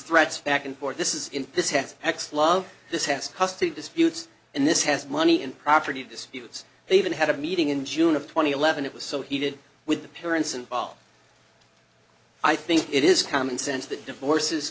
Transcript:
threats back and forth this is in this house ex love this has custody disputes and this has money and property disputes they even had a meeting in june of two thousand and eleven it was so heated with the parents involved i think it is common sense that divorces